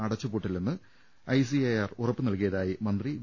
അടച്ചുപൂട്ടില്ലെന്ന് I C A R ഉറപ്പുനൽകിയതായി മന്ത്രി V